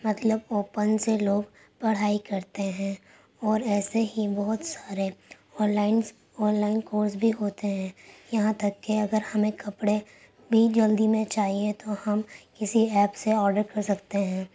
مطلب اوپن سے لوگ پڑھائی کرتے ہیں اور ایسے ہی بہت سارے onlines online course بھی ہوتے ہیں یہاں تک کہ اگر ہمیں کپڑے بھی جلدی میں چاہیے تو ہم کسی ایپ سے آرڈر کر سکتے ہیں